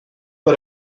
but